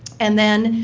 and then,